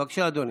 בבקשה, אדוני.